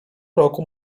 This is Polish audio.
roku